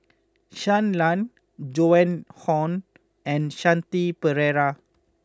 Shui Lan Joan Hon and Shanti Pereira